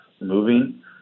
moving